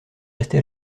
resté